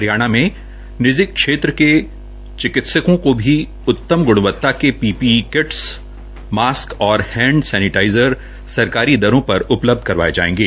हरियाणा में निजी क्षेत्र के चिकित्सकों को भी उत्तम गुणवत्ता के पीपीई किट मास्क और हैंड सैनेटाइज़र सरकारी दरों पर उपलब्ध करवाये जायेंगे